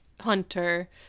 Hunter